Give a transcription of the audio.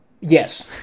Yes